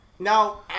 now